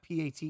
PAT